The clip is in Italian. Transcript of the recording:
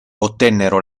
ottennero